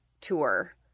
tour